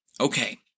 okay